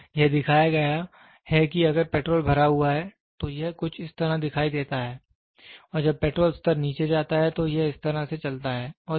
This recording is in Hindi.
तो यह दिखाया गया है कि अगर पेट्रोल भरा हुआ है तो यह कुछ इस तरह दिखाई देता है और जब पेट्रोल स्तर नीचे जाता है तो यह इस तरह से चलता है